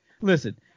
listen